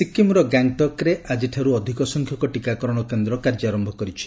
ସିକ୍ଟିମ୍ର ଗ୍ୟାଙ୍ଗ୍ଟକ୍ରେ ଆଜିଠାରୁ ଅଧିକ ସଂଖ୍ୟକ ଟିକାକରଣ କେନ୍ଦ୍ର କାର୍ଯ୍ୟାରୟ କରିଛି